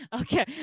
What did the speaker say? Okay